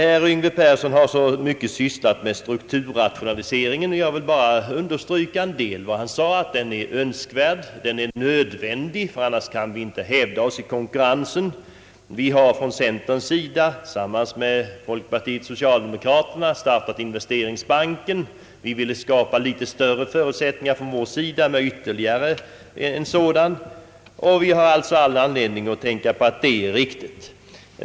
Herr Yngve Persson har talat mycket om strukturrationaliseringen, och jag vill bara understryka en del av vad han sade. Strukturrationaliseringen är önskvärd och nödvändig, ty annars kan vi inte hävda oss i konkurrensen. Vi har från centerns sida tillsammans med folkpartiet och socialdemokraterna startat Investeringsbanken. Från vår sida ville vi skapa större förutsättningar med ytterligare en sådan och vi har all anledning understryka att det vore riktigt.